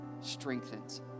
strengthens